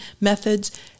methods